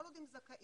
כל עוד הם זכאים,